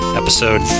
episode